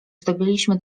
zdobyliśmy